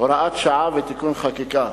(הוראת שעה ותיקון חקיקה),